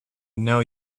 know